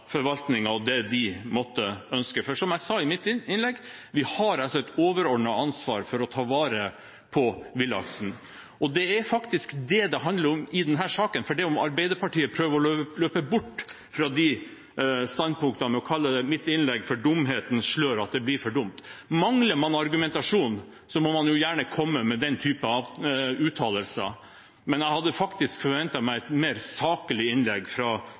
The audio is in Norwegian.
og det de måtte ønske, for som jeg sa i mitt innlegg: Vi har et overordnet ansvar for å ta vare på villaksen, og det er faktisk det det handler om i denne saken, selv om Arbeiderpartiet prøver å løpe bort fra de standpunktene ved å kalle mitt innlegg «dumhetens slør», og at det blir for dumt. Mangler man argumentasjon, må man gjerne komme med den typen uttalelser, men jeg hadde faktisk forventet meg et mer saklig innlegg fra